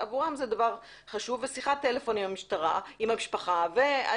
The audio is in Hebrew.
עבורם זה דבר חשוב ושיחת טלפון עם המשפחה